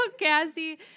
Cassie